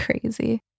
crazy